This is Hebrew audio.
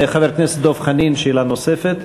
חבר הכנסת דב חנין, שאלה נוספת.